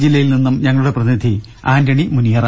ജില്ലയിൽ നിന്നും ഞങ്ങളുടെ പ്രതിനിധി ആന്റണി മുനിയറ